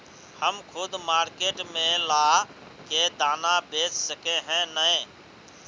हम खुद मार्केट में ला के दाना बेच सके है नय?